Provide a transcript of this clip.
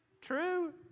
true